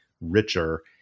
richer